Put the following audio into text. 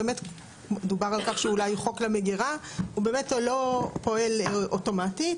דובר על כך שהוא חוק למגירה כי הוא באמת לא פועל אוטומטית,